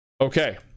Okay